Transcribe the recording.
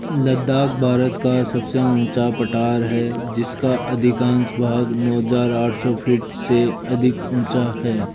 लद्दाख भारत का सबसे ऊँचा पठार है जिसका अधिकांश भाग नौ हजार आठ सौ फ़ीट से अधिक ऊँचा है